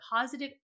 positive